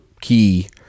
key